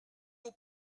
aux